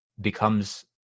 becomes